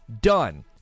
done